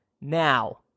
Now